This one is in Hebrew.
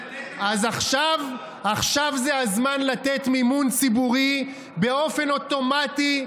אז עכשיו זה הזמן לתת מימון ציבורי באופן אוטומטי,